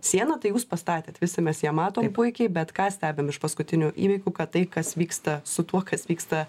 sieną tai jūs pastatėt visi mes ją matom puikiai bet ką stebim iš paskutinių įvykių kad tai kas vyksta su tuo kas vyksta